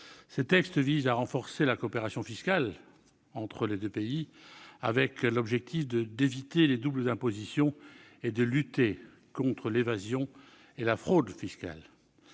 Ces textes visent à renforcer la coopération fiscale entre les deux pays avec pour objectif d'éviter les doubles impositions et de lutter contre l'évasion et la fraude fiscales.